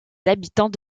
habitants